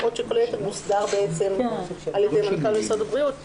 בעוד שכל היתר מוסדר על ידי מנכ"ל משרד הבריאות.